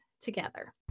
together